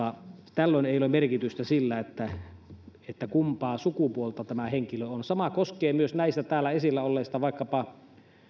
tällöin ei ole merkitystä sillä kumpaa sukupuolta tämä henkilö on sama koskee myös näistä täällä esillä olleista asioista vaikkapa